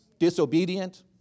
Disobedient